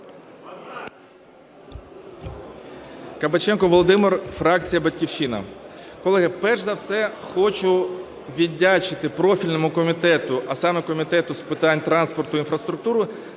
Кабаченко Володимир, фракція "Батьківщина". Колеги, перш за все хочу віддячити профільному комітету, а саме Комітету з питань транспорту, інфраструктури